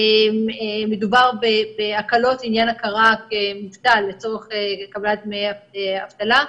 מדובר בהקלות לעניין הכרה כמובטל לצורך קבלת דמי אבטלה.